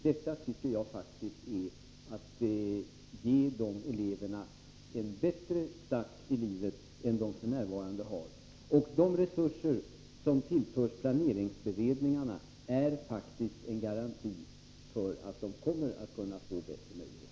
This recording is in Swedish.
Detta tycker jag faktiskt är att ge dessa elever en bättre start i livet än de f. n. har. De resurser som tillförs planeringsberedningarna är en garanti för att de också kommer att kunna få bättre möjligheter.